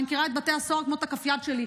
אני מכירה את בתי הסוהר כמו את כף היד שלי,